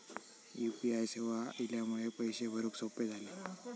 U P I सेवा इल्यामुळे पैशे भरुक सोपे झाले